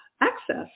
access